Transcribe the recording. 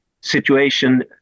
situation